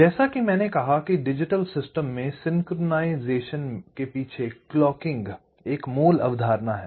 जैसा कि मैंने कहा कि डिजिटल सिस्टम में सिंक्रोनाइज़ेशन के पीछे क्लॉकिंग मूल अवधारणा है